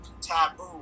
taboo